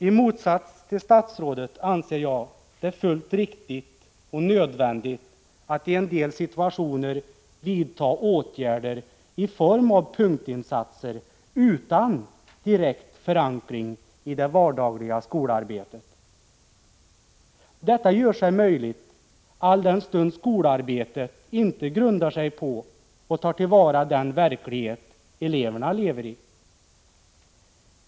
I motsats till statsrådet anser jag det helt riktigt och nödvändigt att i en del situationer vidta åtgärder i form av punktinsatser utan direkt förankring i det vardagliga skolarbetet. Detta är erforderligt alldenstund skolarbetet inte grundar sig på och inte tar till vara den verklighet eleverna lever i.